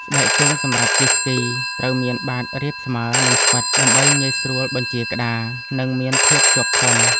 ស្បែកជើងសម្រាប់ជិះស្គី ត្រូវមានបាតរាបស្មើ និងស្វិត ដើម្បីងាយស្រួលបញ្ជាក្ដារ និងមានភាពជាប់ធន់។